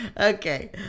Okay